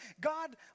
God